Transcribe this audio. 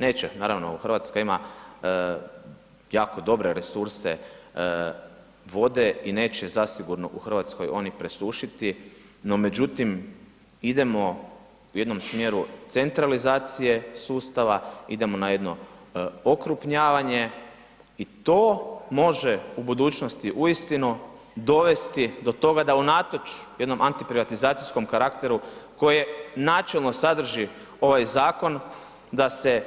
Neće naravno, Hrvatska ima jako dobre resurse vode i neće zasigurno u Hrvatskoj oni presušiti no međutim, idemo u jednom smjeru centralizacije sustava, idemo na jedno okrupnjavanje i to može u budućnosti uistinu dovesti do toga da unatoč jednom antiprivatizacijskom karakteru koji načelno sadrži ovaj zakon, da se